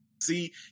See